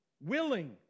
willing